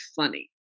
funny